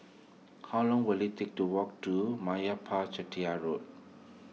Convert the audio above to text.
how long will it take to walk to Meyappa Chettiar Road